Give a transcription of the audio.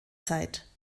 zeit